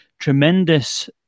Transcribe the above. tremendous